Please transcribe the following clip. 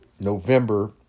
November